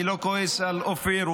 אני לא כועס על אופיר,